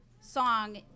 song